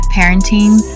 parenting